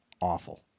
awful